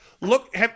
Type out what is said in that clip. look